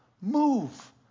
move